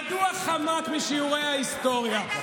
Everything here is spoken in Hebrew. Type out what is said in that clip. מדוע חמק משיעורי ההיסטוריה?